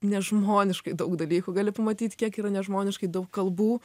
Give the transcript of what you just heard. nežmoniškai daug dalykų gali pamatyt kiek yra nežmoniškai daug kalbų